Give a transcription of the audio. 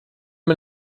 man